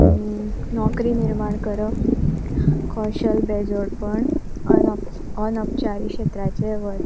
नोकरी निर्माण करप कौशल बेजोडपण अनप अनओपचारी क्षेत्राचें वत